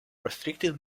restricted